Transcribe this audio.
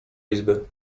izby